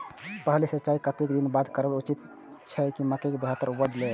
पहिल सिंचाई कतेक दिन बाद करब उचित छे मके के बेहतर उपज लेल?